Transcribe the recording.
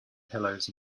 pillows